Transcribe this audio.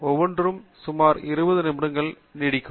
ஒவ்வொன்றும் சுமார் இருபது நிமிடங்கள் நீடிக்கும்